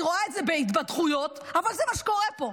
אני רואה את זה בהתבדחויות, אבל זה מה שקורה פה.